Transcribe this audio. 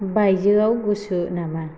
बायजोआव गुसु नामा